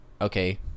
okay